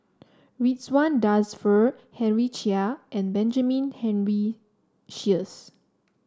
Ridzwan Dzafir Henry Chia and Benjamin Henry Sheares